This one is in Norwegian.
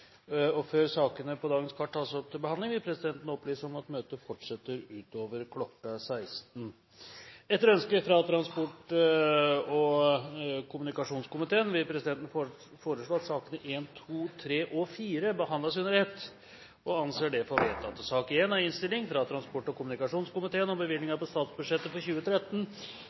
sete. Før sakene på dagens kart tas opp til behandling, vil presidenten opplyse om at møtet fortsetter utover kl. 16. Etter ønske fra transport- og kommunikasjonskomiteen vil presidenten foreslå at sakene nr. 1–4 behandles under ett. – Det anses vedtatt. Etter ønske fra transport- og kommunikasjonskomiteen vil presidenten foreslå at debatten blir begrenset til 2 timer og 10 minutter, og at taletiden blir fordelt slik på